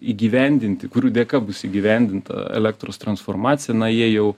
įgyvendinti kurių dėka bus įgyvendinta elektros transformacija na jie jau